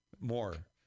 more